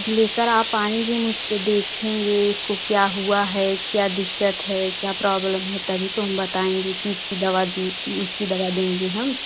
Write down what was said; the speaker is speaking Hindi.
आप लेकर आप आएँगी हम उसको देखेंगे उसको क्या हुआ है क्या दिक़्क़त है क्या प्रॉब्लम है तभी तो हम बताएँगे कि इसकी दवा दी उसकी दवा देंगे हम